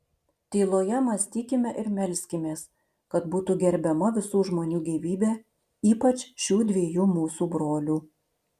tyloje mąstykime ir melskimės kad būtų gerbiama visų žmonių gyvybė ypač šių dviejų mūsų brolių